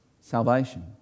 salvation